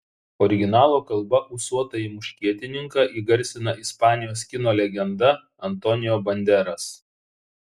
originalo kalba ūsuotąjį muškietininką įgarsina ispanijos kino legenda antonio banderas